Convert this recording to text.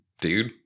dude